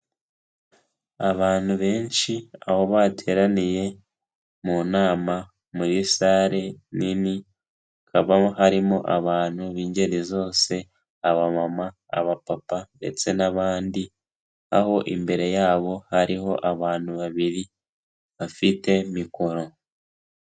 Abantu benshi aho bateraniye mu nama muri sale nini, hakaba harimo abantu b'ingeri zose, abamama, abapapa ndetse n'abandi, aho imbere yabo hariho abantu babiri bafite mikoro.